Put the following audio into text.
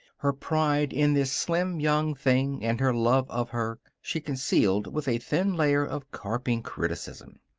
her pride in this slim young thing and her love of her she concealed with a thin layer of carping criticism.